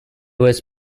was